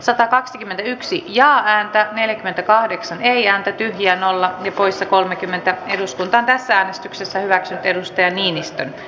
satakaksikymmentäyksi ja ääntä neljäkymmentäkahdeksan neljään tyhjään olla poissa kolmekymmentä eduskuntaan tässä äänestyksessä hyväksyi perusteen niinistön